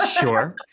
Sure